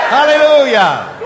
Hallelujah